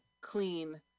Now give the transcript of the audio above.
clean